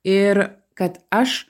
ir kad aš